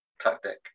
tactic